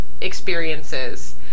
experiences